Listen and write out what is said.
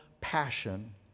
passion